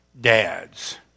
dads